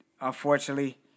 unfortunately